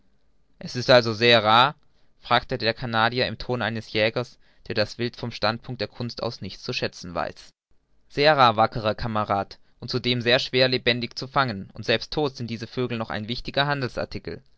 er ist also sehr rar fragte der canadier im ton eines jägers der das wild vom standpunkt der kunst aus nicht zu schätzen weiß sehr rar wackerer kamerad und zudem sehr schwer lebendig zu fangen und selbst todt sind diese vögel noch ein wichtiger